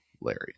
larry